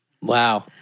Wow